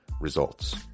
Results